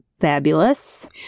Fabulous